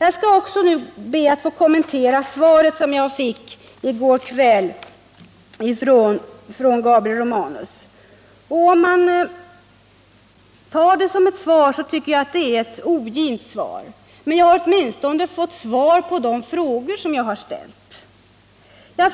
Jag skall be att få kommentera svaret, som jag fick i går kväll från Gabriel Romanus. Jag tycker att det är ett ogint svar, men jag har åtminstone fått klara besked beträffande de frågor som jag har ställt. Jag